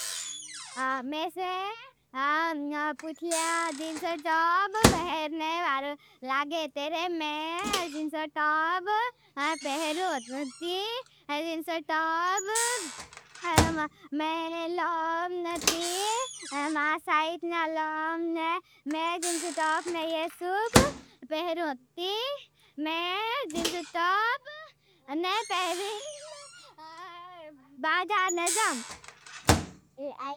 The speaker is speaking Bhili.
मेरे से पुछलिया जिन्सो टॉब पहरने बारू लागेते हैं। मैं जिन्सो टॉब पहरोतनती। जिन्सो टॉब मैं लाओंन नती। मां साइटना लाओंन मैं जिन्सो टॉबने ये सुब पहरोतनती। मैं जिन्सो टॉब ने पहरी बाजार न जाम।